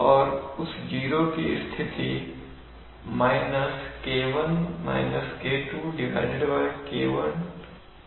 और उस जीरो की स्थिति K1τ2 - K2τ1 के द्वारा दी जाती है